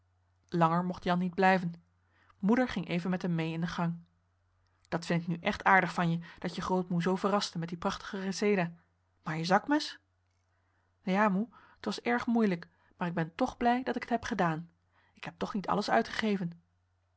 langer mocht jan niet blijven moeder ging even met hem mee in de gang dat vond ik nu echt aardig van je dat je grootmoe zoo verraste met die prachtige reseda maar je zakmes henriette van noorden weet je nog wel van toen ja moe t was erg moeilijk maar ik ben toch blij dat ik het heb gedaan ik heb toch niet alles uitgegeven